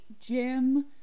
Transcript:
Jim